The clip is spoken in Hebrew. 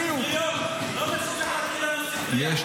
לסיום ----- יש.